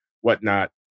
whatnot